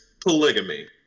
polygamy